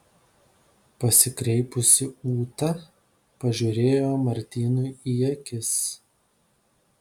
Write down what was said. pasikreipusi ūta pažiūrėjo martynui į akis